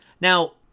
Now